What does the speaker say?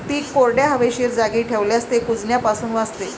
पीक कोरड्या, हवेशीर जागी ठेवल्यास ते कुजण्यापासून वाचते